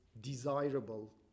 desirable